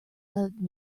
led